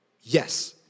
Yes